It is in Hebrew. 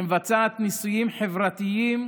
שמבצעת ניסויים חברתיים,